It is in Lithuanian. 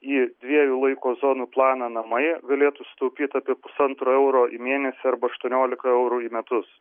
į dviejų laiko zonų planą namai galėtų sutaupyt apie pusantro euro į mėnesį arba aštuoniolika eurų į metus